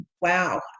wow